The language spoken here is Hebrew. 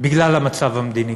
בגלל המצב המדיני.